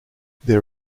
there